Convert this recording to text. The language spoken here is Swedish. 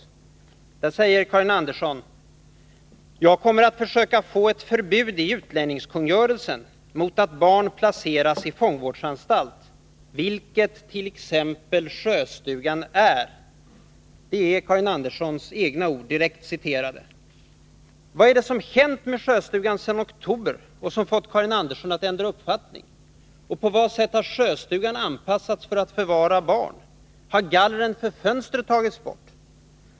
Enligt detta säger Karin Andersson: ”Jag kommer att försöka få ett förbud i utlänningskungörelsen mot att barn placeras i fångvårdsanstalt, vilket t.ex. Sjöstugan är.” Det är Karin Anderssons egna ord, direkt citerade. Vad är det som hänt med Sjöstugan sedan oktober och som fått Karin Andersson att ändra uppfattning? Och på vad sätt har Sjöstugan anpassats för att förvara barn? Har gallren för fönstren tagits bort?